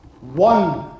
One